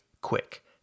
quick